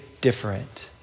different